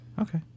Okay